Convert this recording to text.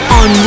on